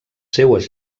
seues